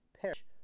perish